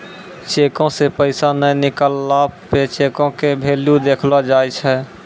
चेको से पैसा नै निकलला पे चेको के भेल्यू देखलो जाय छै